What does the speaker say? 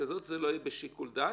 זה לא יהיה בשיקול דעת,